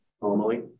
normally